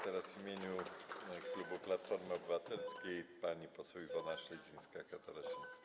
Teraz w imieniu klubu Platformy Obywatelskiej pani poseł Iwona Śledzińska-Katarasińska.